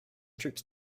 troops